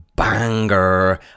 Banger